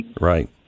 right